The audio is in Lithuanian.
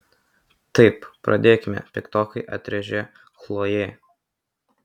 taip pradėkime piktokai atrėžė chlojė